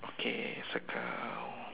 okay circle